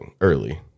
early